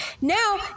Now